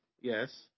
yes